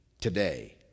today